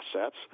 assets